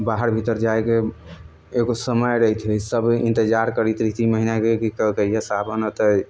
बाहर भीतर जाइके एगो समय रहितियै सभी इन्तजार करैत रहितियै महीनाके कि कहिया सावन अयतै